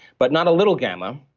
but not a little gamma,